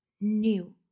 new